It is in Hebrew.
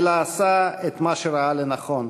אלא עשה את מה שראה לנכון.